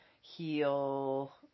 heal